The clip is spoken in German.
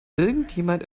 irgendjemand